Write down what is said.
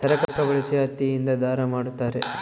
ಚರಕ ಬಳಸಿ ಹತ್ತಿ ಇಂದ ದಾರ ಮಾಡುತ್ತಾರೆ